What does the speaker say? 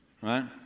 right